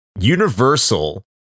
Universal